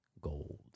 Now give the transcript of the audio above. gold